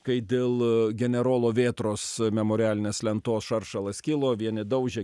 kai dėl generolo vėtros memorialinės lentos šaršalas kilo vieni daužė